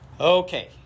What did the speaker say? Okay